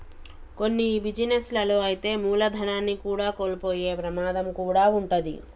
కొన్ని బిజినెస్ లలో అయితే మూలధనాన్ని కూడా కోల్పోయే ప్రమాదం కూడా వుంటది